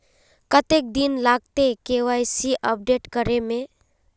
कते दिन लगते के.वाई.सी अपडेट करे में?